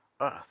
earth